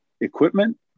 equipment